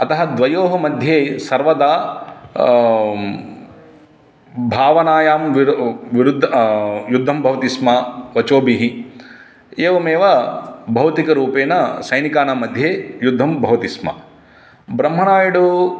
अतः द्वयोः मध्ये सर्वदा भावनायां विरो विरुद्ध युद्धं भवति स्म वचोभिः एवमेव भौतिकरूपेण सैनिकानां मध्ये युद्धं भवति स्म ब्रह्मणायुडु